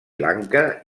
lanka